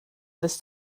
fydd